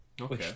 Okay